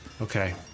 Okay